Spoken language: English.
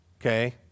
Okay